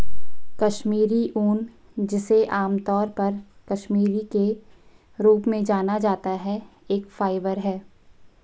कश्मीरी ऊन, जिसे आमतौर पर कश्मीरी के रूप में जाना जाता है, एक फाइबर है